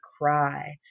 cry